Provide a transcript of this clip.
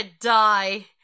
die